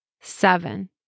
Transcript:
Seven